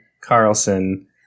Carlson